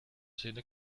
zinnen